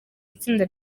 itsinda